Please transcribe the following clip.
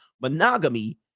monogamy